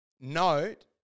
note